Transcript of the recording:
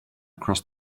cross